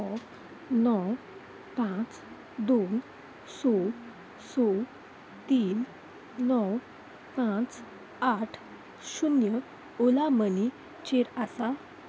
हो णव पांच दोन स स तीन णव पांच आठ शुन्य ओला मनीचेर आसा